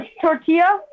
Tortilla